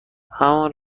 همان